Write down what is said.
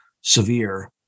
severe